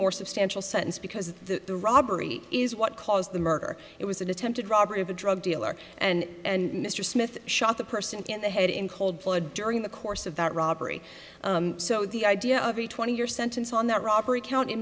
more substantial sentence because the robbery is what caused the murder it was an attempted robbery of a drug dealer and mr smith shot the person in the head in cold blood during the course of that robbery so the idea of a twenty year sentence on that robbery count